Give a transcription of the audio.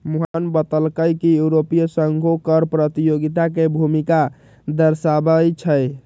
मोहन बतलकई कि यूरोपीय संघो कर प्रतियोगिता के भूमिका दर्शावाई छई